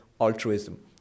altruism